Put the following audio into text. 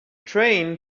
train